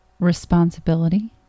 Responsibility